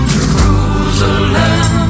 Jerusalem